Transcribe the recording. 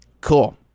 Cool